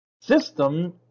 system